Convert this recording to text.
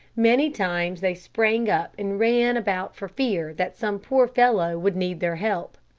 many times they sprang up and ran about for fear that some poor fellow would need their help.